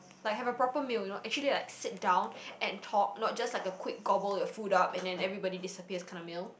like have a proper meal you know actually like sit down and talk not just like a quick gobble your food up and then everybody disappears kinda meal